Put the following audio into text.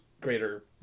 greater